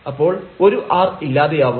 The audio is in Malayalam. അപ്പോൾ ഒരു r ഇല്ലാതെയാവും